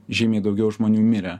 žymiai daugiau žmonių mirė